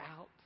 out